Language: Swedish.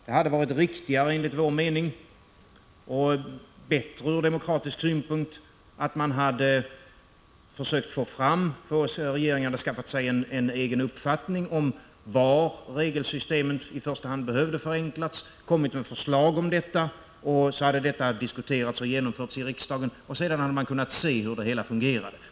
Det hade enligt vår mening varit riktigare och bättre ur demokratisk synpunkt om regeringen skaffat sig en egen uppfattning om var regelsystemet i första hand behövde förenklas, kommit med förslag om detta och därmed gett oss möjlighet att diskutera och besluta i riksdagen. Sedan hade man kunnat se hur det hela fungerade.